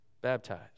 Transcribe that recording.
baptized